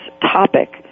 topic